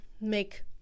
make